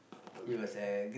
again